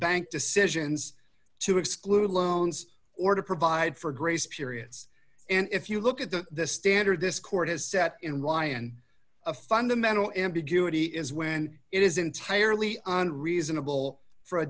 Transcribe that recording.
bank decisions to exclude loans or to provide for grace periods and if you look at the standard this court has set in lyon a fundamental ambiguity is when it is entirely on reasonable for a